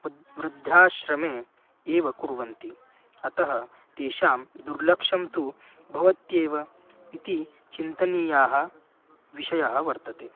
उद् वृद्धाश्रमे एव कुर्वन्ति अतः तेषां दुर्लक्षं तु भवत्येव इति चिन्तनीयः विषयः वर्तते